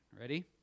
Ready